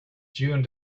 june